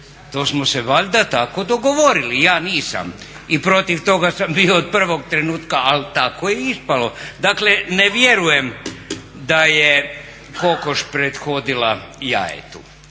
to smo se valjda tako dogovorili. Ja nisam i protiv toga sam bio od prvog trenutka, ali tako je ispalo. Dakle ne vjerujem da je kokoš prethodila jajetu.